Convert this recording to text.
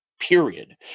period